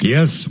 Yes